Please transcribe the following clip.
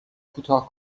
کوتاه